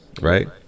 right